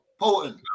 potent